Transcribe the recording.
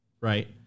right